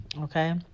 Okay